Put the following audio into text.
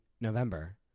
november